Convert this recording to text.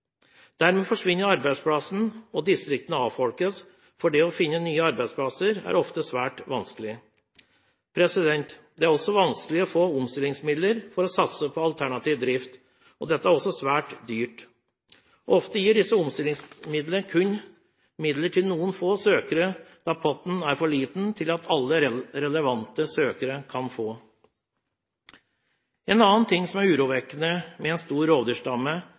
Dermed forsvinner arbeidsplassene og distriktene avfolkes, for det å finne nye arbeidsplasser er ofte svært vanskelig. Det er også vanskelig å få omstillingsmidler for å satse på alternativ drift. Dette er også svært dyrt. Ofte gir disse omstillingsmidlene kun midler til noen få søkere, da potten er for liten til at alle relevante søkere kan få. En annen ting som er urovekkende med en stor rovdyrstamme,